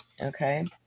Okay